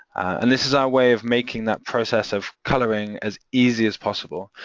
and this is our way of making that process of colouring as easy as possible.